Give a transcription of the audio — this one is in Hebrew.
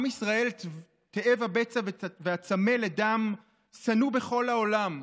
עם ישראל תאב הבצע והצמא לדם שנוא בכל העולם.